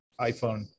iPhone